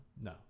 No